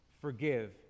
forgive